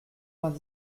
vingt